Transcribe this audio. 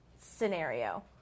scenario